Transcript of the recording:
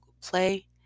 play